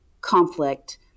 conflict